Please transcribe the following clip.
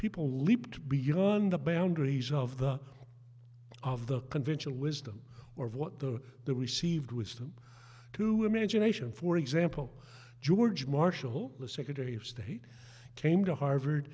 people leap beyond the boundaries of the of the conventional wisdom or what the the received wisdom to imagination for example george marshall the secretary of state came to harvard